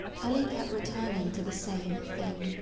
kelly kept returning to the same thing,